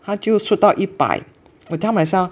它就 shoot 到一百 I tell myself